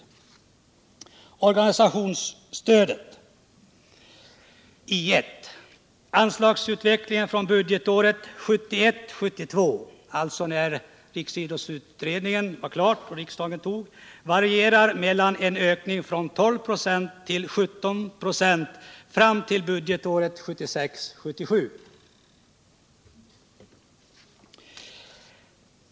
Den årliga ökningen av organisationsstödet, anslaget I 1 i bilaga 13 till budgetpropositionen, har sedan 1971 77.